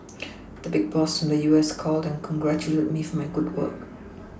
the big boss from the U S called and congratulated me for my good work